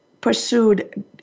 pursued